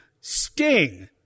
Sting